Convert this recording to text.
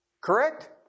Correct